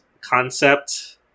concept